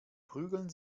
prügeln